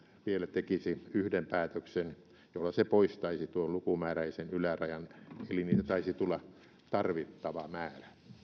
vielä tekisi yhden päätöksen jolla se poistaisi tuon lukumääräisen ylärajan eli heitä saisi tulla tarvittava määrä